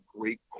great